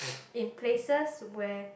in places where